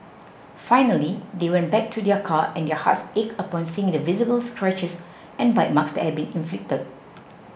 finally they went back to their car and their hearts ached upon seeing the visible scratches and bite marks that had been inflicted